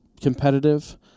competitive